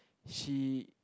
she